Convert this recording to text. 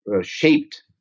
shaped